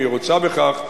אם היא רוצה בכך,